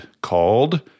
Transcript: called